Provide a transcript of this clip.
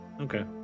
Okay